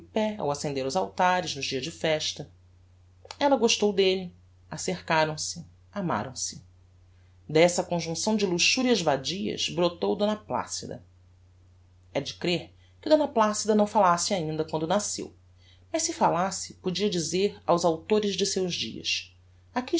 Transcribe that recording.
ao acender os altares nos dias de festa ella gostou delle acercaram se amaram-se dessa conjuncção de luxurias vadias brotou d placida é de crer que d placida não falasse ainda quando nasceu mas se falasse podia dizer aos autores de seus dias aqui